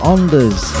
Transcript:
Ondas